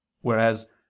whereas